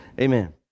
amen